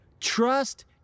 trust